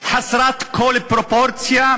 חסרת כל פרופורציה,